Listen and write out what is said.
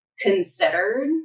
considered